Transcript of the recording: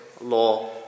law